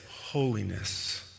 holiness